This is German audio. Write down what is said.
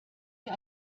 wir